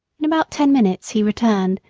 in about ten minutes he returned,